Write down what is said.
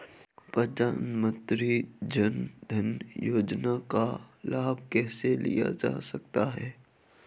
प्रधानमंत्री जनधन योजना का लाभ कैसे लिया जा सकता है?